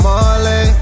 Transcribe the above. Marley